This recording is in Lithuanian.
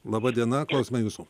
laba diena klausome jūsų